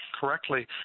correctly